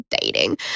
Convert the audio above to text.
dating